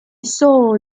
saw